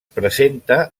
presenta